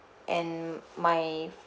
and my